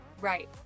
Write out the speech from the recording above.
Right